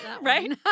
Right